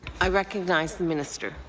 i recognize the minister.